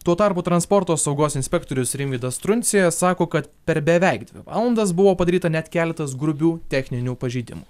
tuo tarpu transporto saugos inspektorius rimvydas truncė sako kad per beveik dvi valandas buvo padaryta net keletas grubių techninių pažeidimų